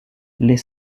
les